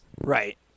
Right